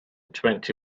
twenty